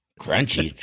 Crunchy